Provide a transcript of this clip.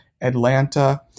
Atlanta